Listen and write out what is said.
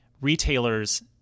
retailers